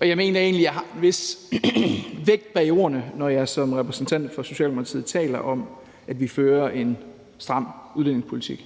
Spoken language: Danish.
Jeg mener egentlig, at jeg har en vis vægt bag ordene, når jeg som repræsentant for Socialdemokratiet taler om, at vi fører en stram udlændingepolitik.